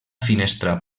finestra